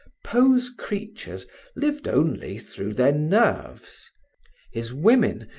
poe's creatures lived only through their nerves his women,